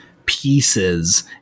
pieces